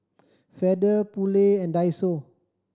Feather Poulet and Daiso